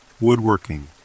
woodworking